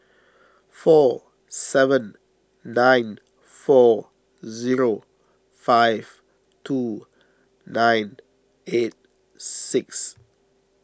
four seven nine four zero five two nine eight six